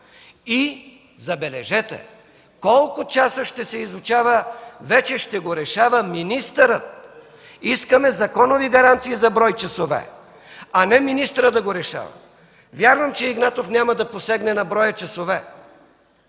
И забележете, колко часа ще се изучава, вече ще го решава министърът. Искаме законови гаранции за брой часове, а не министърът да го решава. Вярвам, че Игнатов няма да посегне на броя часове,